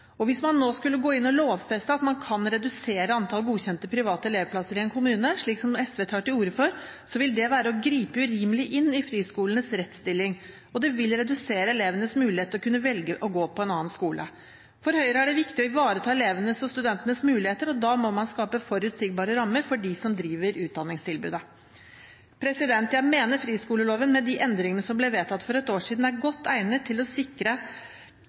videreføres. Hvis man nå skulle lovfeste at man kan redusere antall godkjente private elevplasser i en kommune, som SV tar til orde for, vil det være å gripe urimelig inn i friskolenes rettsstilling, og det vil redusere elevenes mulighet til å kunne velge å gå på en annen skole. For Høyre er det viktig å ivareta elevenes og studentenes muligheter. Da må man skape forutsigbare rammer for dem som driver utdanningstilbudet. Jeg mener at friskoleloven, med de endringene som ble vedtatt for et år siden, er godt egnet til å sikre